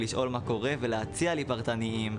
שמענו את התלמידים המקסימים.